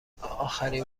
آخرین